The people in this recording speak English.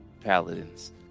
paladins